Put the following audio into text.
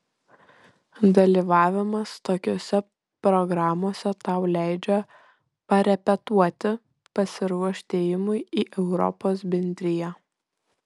dalyvavimas tokiose programose tau leidžia parepetuoti pasiruošti ėjimui į europos bendriją